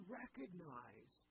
recognize